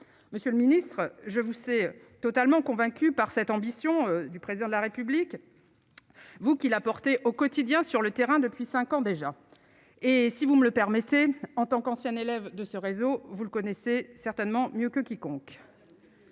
monsieur le ministre, je vous c'est totalement convaincu par cette ambition du président de la République, vous qui l'a porté au quotidien sur le terrain depuis 5 ans déjà, et si vous me le permettez, en tant qu'ancien élève de ce réseau, vous le connaissez certainement mieux que quiconque.